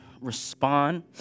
respond